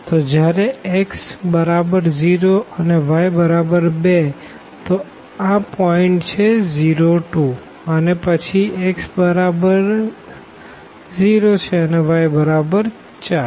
તો જયારે x બરાબર 0 છે અને y બરાબર 2 તો આ પોઈન્ટ છે 02 અને પછી x બરાબર 0 છે અને y બરાબર 4